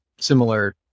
similar